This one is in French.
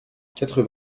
quatre